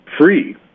free